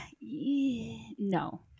No